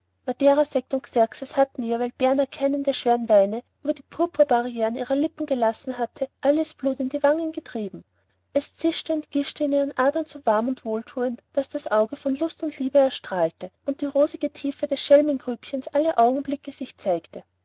xeres hatten ihr weil berner keinen der schweren weine über die purpurbarrieren ihrer lippen gelassen hatte alles blut in die wangen getrieben es zischte und gischte in ihren adern so warm und wohltuend daß das auge von lust und liebe strahlte und die rosige tiefe des schelmengrübchens alle augenblicke sich zeigte